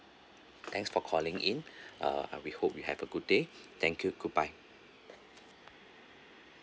thanks for calling in uh we hope you have a good day thank you goodbye